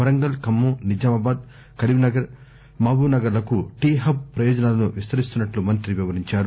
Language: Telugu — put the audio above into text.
వరంగల్ ఖమ్మం నిజామాబాద్ కరీంనగర్ మహబూబ్నగర్లకు టి హబ్ పయోజనాలను విస్తరిస్తున్నట్లు మంత్రి వివరించారు